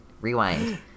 rewind